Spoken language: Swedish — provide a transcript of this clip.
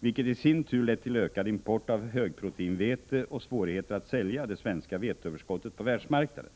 vilket i sin tur lett till ökad import av högproteinvete och svårigheter att sälja det svenska veteöverskottet på världsmarknaden.